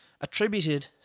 attributed